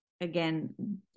again